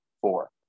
four